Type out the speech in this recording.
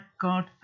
God